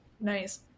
Nice